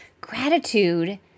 Gratitude